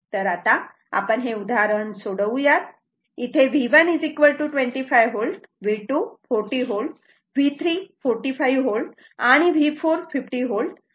तर आता आपण हे उदाहरण सोडवूयात इथे V1 25 V V240 V V345V आणि हे V450 V असे दिलेले आहेत